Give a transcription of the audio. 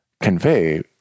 convey